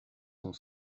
sont